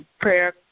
Prayer